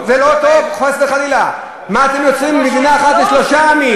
אתה לא מוכנים מדינה אחת לשני עמים.